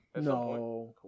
No